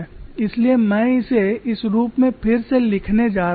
इसलिए मैं इसे इस रूप में फिर से लिखने जा रहा हूं